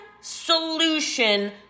solution